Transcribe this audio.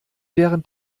während